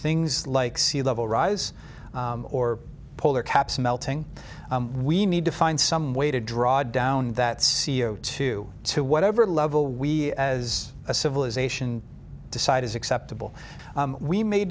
things like sea level rise or polar caps melting we need to find some way to draw down that c o two to whatever level we as a civilization decide is acceptable we may